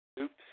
Oops